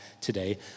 today